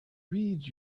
read